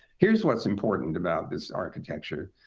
here's what's important about this architecture.